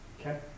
okay